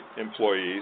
employees